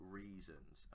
reasons